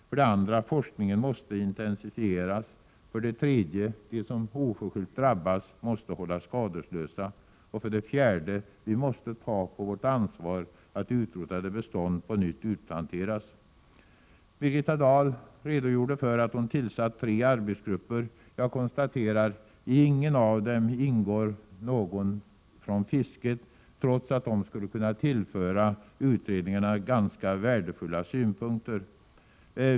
Forskningen måste intensifieras. De som oförskyllt drabbats måste hållas skadeslösa. Vi måste ta på vårt ansvar att utrotade bestånd ersätts. Birgitta Dahl sade att hon tillsatt tre arbetsgrupper. Jag konstaterar att det inte ingår någon från fisket i någon av arbetsgrupperna, trots att fiskarrepresentanter skulle kunna tillföra utredningarna ganska värdefulla synpunkter.